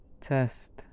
test